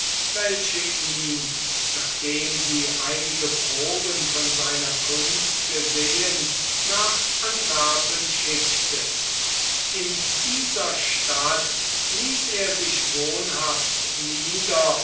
welche ihn nachdem sie einige proben von seiner kunst gesehen nach antwerpen schickte in dieser stadt ließ er sich wohnhaft nieder